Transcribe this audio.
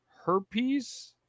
Herpes